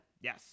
Yes